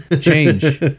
change